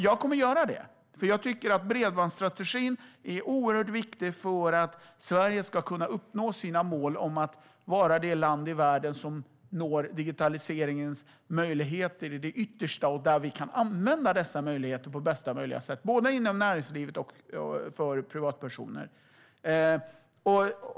Jag tycker nämligen att bredbandsstrategin är oerhört viktig för att Sverige ska kunna uppnå sitt mål om att vara det land i världen som når digitaliseringens yttersta möjligheter och där vi kan använda dessa möjligheter på bästa möjliga sätt, både inom näringslivet och för privatpersoner.